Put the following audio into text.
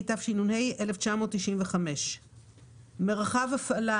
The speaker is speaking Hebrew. התשנ"ה 1995‏; "מרחב הפעלה",